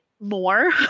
more